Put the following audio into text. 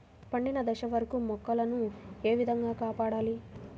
పండిన దశ వరకు మొక్కల ను ఏ విధంగా కాపాడాలి?